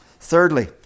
Thirdly